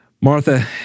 Martha